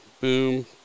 boom